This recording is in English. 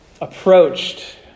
approached